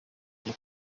rya